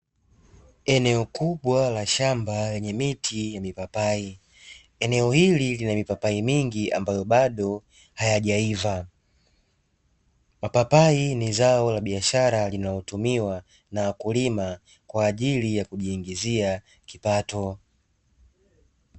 Eneo kubwa la shamba lenye miti ya mipapai, eneo hili lina mipapai mingi ambayo bado hayajaiva. Mapapai ni zao la biashara linalotumiwa na wakulima kwa ajili ya kujiingizia kipato.